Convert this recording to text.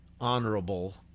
honorable